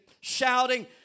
shouting